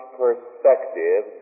perspective